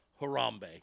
Harambe